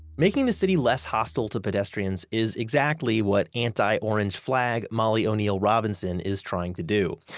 making the city less hostile to pedestrians is exactly what anti-orange flag molly o'neill robinson is trying to do.